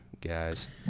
guys